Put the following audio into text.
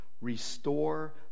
restore